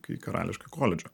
į karališką koledžą